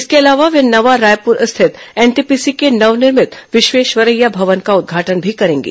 इसके अलावा वे नवा रायपुर स्थित एनटीपीसी के नवनिर्मित विश्वेश्वरैय्या भवन का उद्घाटन भी करेंगे